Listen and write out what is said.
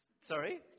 Sorry